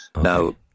Now